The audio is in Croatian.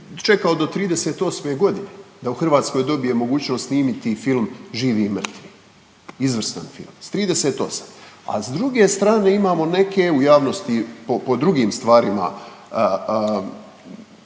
čekao do 38. godine da u Hrvatskoj dobije mogućnost snimiti film „Živi i mrtvi“, s 38. A s druge strane imamo neke u javnosti po drugim stvarima,